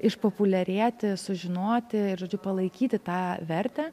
išpopuliarėti sužinoti ir žodžiu palaikyti tą vertę